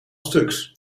stuks